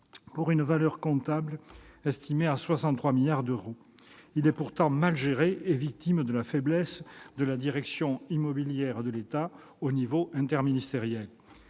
pour une valeur comptable estimée à 63 milliards d'euros. Il est pourtant mal géré et victime de la faiblesse de la direction immobilière de l'État (DIE) à l'échelon interministériel.